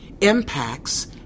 impacts